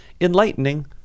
enlightening